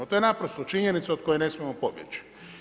To je naprosto činjenica od koje ne smijemo pobjeći.